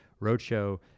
roadshow